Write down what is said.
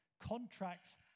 Contracts